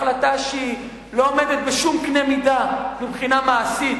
החלטה שלא עומדת בשום קנה מידה מבחינה מעשית,